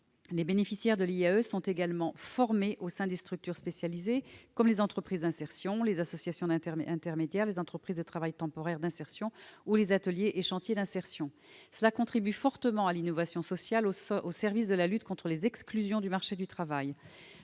les bénéficiaires de l'IAE sont également formés au sein de structures spécialisées telles que les entreprises d'insertion, les associations intermédiaires, les entreprises de travail temporaire d'insertion ou les ateliers et chantiers d'insertion. Cela contribue fortement à l'innovation sociale au service de la lutte contre les exclusions du marché du travail.